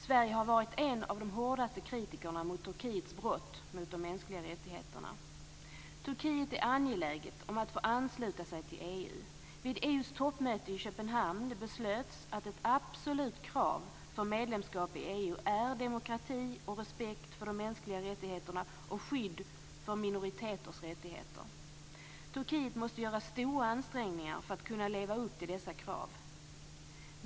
Sverige har varit en av de hårdaste kritikerna mot Turkiet är angeläget om att få ansluta sig till EU. Vid EU:s toppmöte i Köpenhamn beslöts att ett absolut krav för medlemskap i EU är demokrati, respekt för de mänskliga rättigheterna och skydd för minoriteters rättigheter. Turkiet måste göra stora ansträngningar för att kunna leva upp till dessa krav.